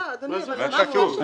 בסדר, אדוני, אבל מה הקשר?